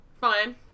fine